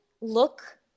look